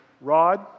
rod